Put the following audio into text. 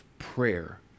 prayer